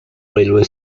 railway